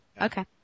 okay